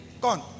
gone